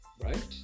Right